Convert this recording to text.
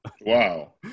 Wow